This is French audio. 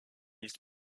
ils